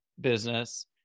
business